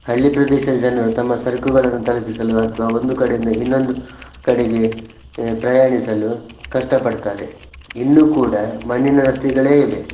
ಹಳ್ಳಿ ಪ್ರದೇಶದ ಜನರು ತಮ್ಮ ಸರಕುಗಳನ್ನು ತಲುಪಿಸಲು ಅಥವಾ ಒಂದು ಕಡೆಯಿಂದ ಇನ್ನೊಂದು ಕಡೆಗೆ ಪ್ರಯಾಣಿಸಲು ಕಷ್ಟಪಡ್ತಾರೆ ಇನ್ನೂ ಕೂಡ ಮಣ್ಣಿನ ರಸ್ತೆಗಳೇ ಇವೆ